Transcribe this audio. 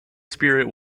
spirit